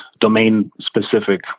domain-specific